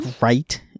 Right